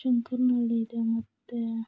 ಶಂಕ್ರನಹಳ್ಳಿ ಇದೆ ಮತ್ತು